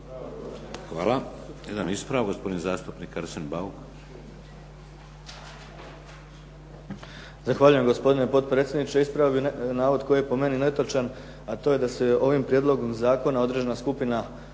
Hvala. Jedan ispravak, gospodin zastupnik Arsen Bauk.